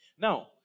Now